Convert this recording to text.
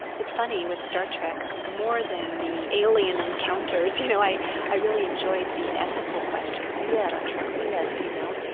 it's funny with star trek, more than the alien encounters, you know, i i really enjoyed the ethical questions that yeah star trek raises, you know.